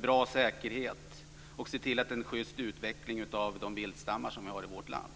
bra säkerhet och en schyst utveckling av de viltstammar som vi har i vårt land.